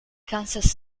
kansas